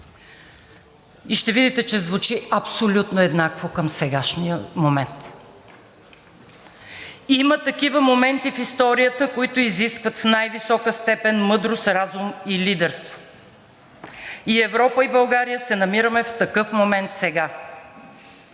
Ще видите, че звучи абсолютно еднакво към сегашния момент. Има такива моменти в историята, които изискват в най-висока степен мъдрост, разум и лидерство. И Европа, и България се намираме в такъв момент сега.